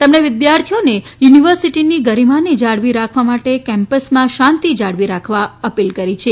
તેમણે વિદ્યાર્થીઓને યુનિવર્સિટીની ગરિમાને જાળવી રાખવા માટે કેમ્પસમાં શાંતિ જાળવી રાખવા અપીલ કરી છે